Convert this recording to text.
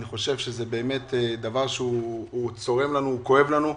אני חושב שזה שצורם וכואב לנו,